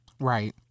Right